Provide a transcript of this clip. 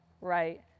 right